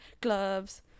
gloves